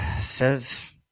says